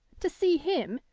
to see him,